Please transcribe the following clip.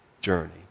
journey